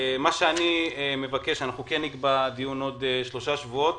מה שאני מבקש, אנחנו נקבע דיון בעוד שלושה שבועות.